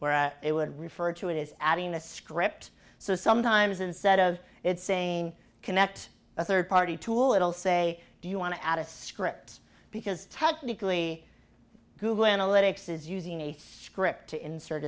where it would refer to it as adding a script so sometimes instead of it saying connect a third party tool it'll say do you want to add a script because technically google analytics is using a script to insert